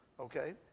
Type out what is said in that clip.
okay